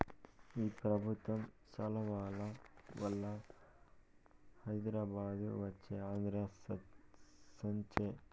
ఈ పెబుత్వం సలవవల్ల హైదరాబాదు వచ్చే ఆంధ్ర సచ్చె